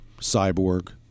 cyborg